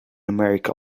america